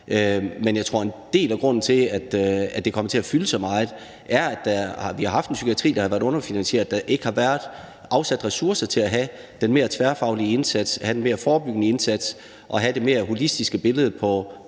Men jeg tror, at en del af grunden til, at det er kommet til at fylde så meget, er, at vi har haft en psykiatri, der har været underfinansieret – at der ikke har været afsat ressourcer til at have den mere tværfaglige indsats, at have den mere forebyggende indsats og at have det mere holistiske billede i